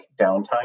downtime